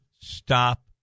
stop